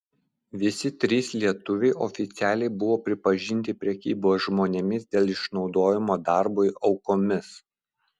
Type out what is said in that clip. visi trys lietuviai oficialiai buvo pripažinti prekybos žmonėmis dėl išnaudojimo darbui aukomis